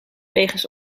wegens